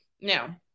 Now